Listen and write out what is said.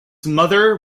mother